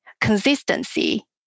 consistency